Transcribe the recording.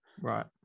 Right